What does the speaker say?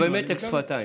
ובמתק שפתיים.